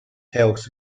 health